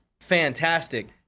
fantastic